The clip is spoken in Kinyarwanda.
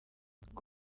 ngo